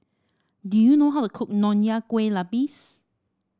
do you know how to cook Nonya Kueh Lapis